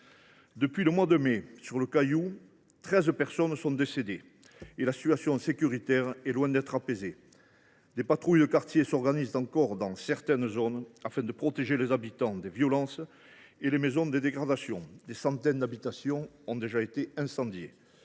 Depuis le mois de mai dernier, sur le Caillou, treize personnes sont décédées et la situation sécuritaire est loin d’être apaisée. Des patrouilles de quartier s’organisent encore dans certaines zones, afin de protéger les habitants des violences et les maisons des dégradations. Des centaines d’habitations ont déjà été incendiées.